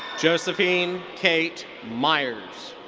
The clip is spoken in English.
josephine kate meyers.